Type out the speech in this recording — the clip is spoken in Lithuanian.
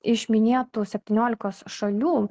iš minėtų septyniolikos šalių